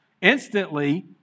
Instantly